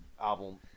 album